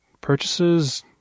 purchases